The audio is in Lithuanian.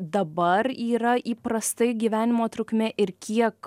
dabar yra įprastai gyvenimo trukmė ir kiek